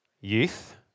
youth